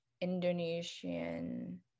Indonesian